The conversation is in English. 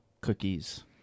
cookies